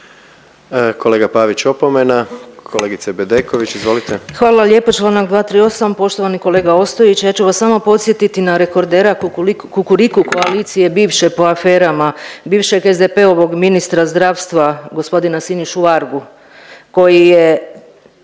Kolega Pavić, opomena. Kolegice Bedeković, izvolite. **Bedeković, Vesna (HDZ)** Hvala lijepo, čl. 238. Poštovani kolega Ostojić, ja ću vas samo podsjetiti na rekordera .../nerazumljivo/... Kukuriku koalicije bivše po aferama, bivšeg SDP-ovog ministra zdravstva g. Sinišu Vargu koji je